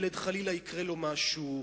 וילד חלילה יקרה לו משהו,